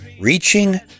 Reaching